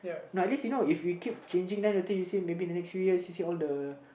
like at least you know if we keep changing then later you see maybe the next few years you see all the